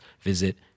visit